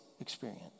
experience